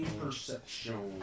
perception